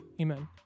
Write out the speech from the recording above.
Amen